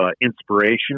inspiration